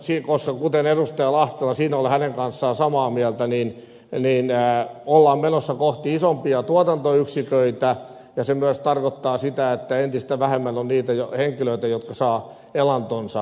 lahtela sanoi siinä olen hänen kanssaan samaa mieltä ollaan menossa kohti isompia tuotantoyksiköitä ja se myös tarkoittaa sitä että entistä vähemmän on niitä henkilöitä jotka saavat niistä elantonsa